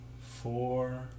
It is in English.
four